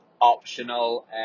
optional